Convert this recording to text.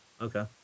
Okay